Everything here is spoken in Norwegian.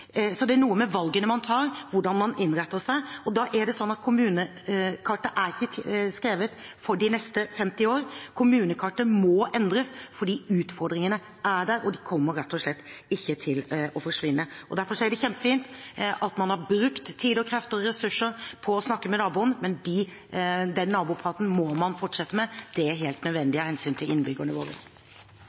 Det er noe med valgene man tar, hvordan man innretter seg. Kommunekartet er ikke skrevet for de neste 50 år. Kommunekartet må endres. For utfordringene er der, og de kommer rett og slett ikke til å forsvinne. Derfor er det kjempefint at man har brukt tid og krefter og ressurser på å snakke med naboen. Men den nabopraten må man fortsette med. Det er helt nødvendig av hensyn til innbyggerne våre.